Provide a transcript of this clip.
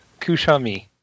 kushami